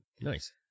nice